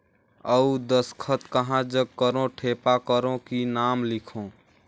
अउ दस्खत कहा जग करो ठेपा करो कि नाम लिखो?